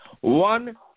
one